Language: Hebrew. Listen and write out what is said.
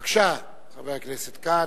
בבקשה, חבר הכנסת כץ.